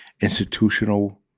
institutional